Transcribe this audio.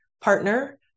partner